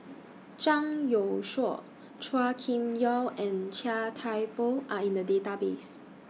Zhang Youshuo Chua Kim Yeow and Chia Thye Poh Are in The Database